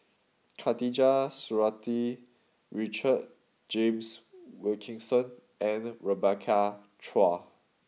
Khatijah Surattee Richard James Wilkinson and Rebecca Chua